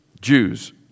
Jews